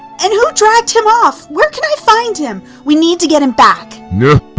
and who dragged him off? where can i find him? we need to get him back!